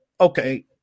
okay